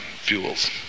fuels